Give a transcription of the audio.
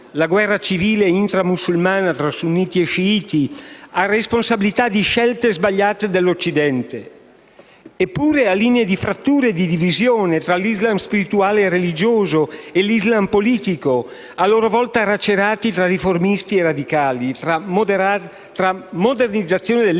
alla guerra civile intramusulmana, tra sunniti e sciiti, a responsabilità di scelte sbagliate dell'Occidente. Ci sono pure linee di frattura e di divisione tra l'Islam spirituale e religioso e l'Islam politico, a loro volta lacerati tra riformisti e radicali, tra modernizzazione dell'Islam